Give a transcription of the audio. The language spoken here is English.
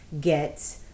get